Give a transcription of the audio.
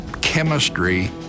chemistry